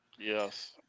Yes